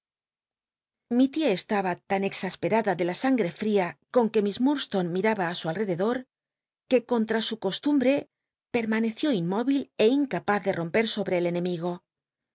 lli tia estaba tan cxñspctada de la sangre fl'ia con que miss ilurdstonc iraba su alrededor que contta su coslumbc pcl'maneció inmóvil é incapaz de romper sobre el enemigo